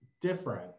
different